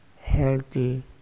healthy